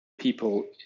people